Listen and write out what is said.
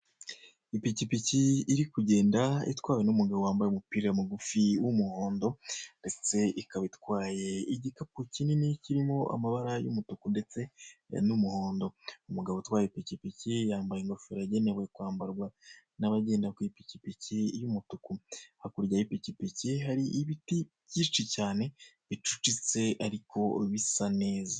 Ipikipiki iri kugenda iri kugenda itwawe n'umugabo wambaye umupira mugufi w'umuhondo ndetse ikaba itwaye igikapu kinini kirimo amabara y'umutuku ndetse n'umuhondo umugabo utwaye ipikipiki yambaye ingofero yagenewe kwambarwa n'abagenda ku ipikipiki y'umutuku, hakurya y'ipikipiki hari ibiti byinshi cyane bicucitse ariko bisa neza.